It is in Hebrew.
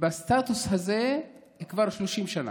בסטטוס הזה כבר 30 שנה,